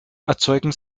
erzeugen